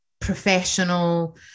professional